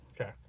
Okay